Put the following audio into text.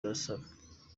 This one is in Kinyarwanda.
asaba